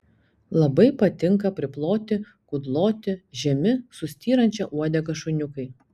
labai patinka priploti kudloti žemi su styrančia uodega šuniukai